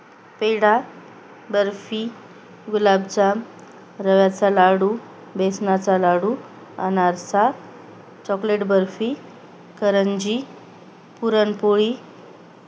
पेढा बर्फी गुलाबजाम रव्याचा लाडू बेसनाचा लाडू अनारसा चॉकलेट बर्फी करंजी पुरणपोळी